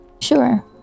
Sure